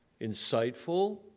insightful